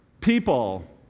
People